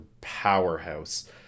powerhouse